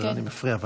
אני מפריע,